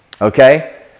okay